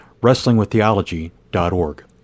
wrestlingwiththeology.org